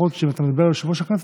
לפחות כשאתה מדבר על יושב-ראש הכנסת,